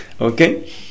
Okay